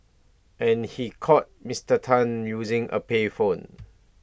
and he called Mister Tan using A payphone